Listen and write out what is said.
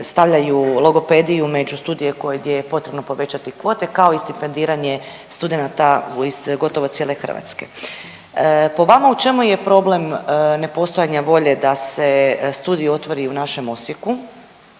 stavljaju logopediju među studije kojem je potrebno povećati kvote, kao i stipendiranje studenata iz gotovo cijele Hrvatske. Po vama u čemu je problem nepostojanja volje da se studij otvori u našem Osijeku,